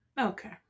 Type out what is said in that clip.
Okay